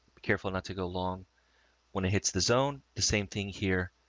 be careful not to go long when it hits the zone, the same thing here.